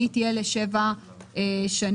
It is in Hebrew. שהיא תהיה לשבע שנים.